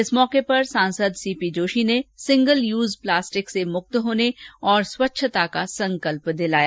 इस मौके पर सांसद सी पी जोशी ने सिंगल यूज प्लास्टिक से मुक्त होने और स्वच्छता का संकल्प दिलाया